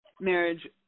marriage